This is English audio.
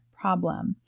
problem